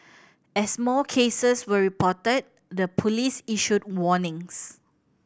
as more cases were reported the police issued warnings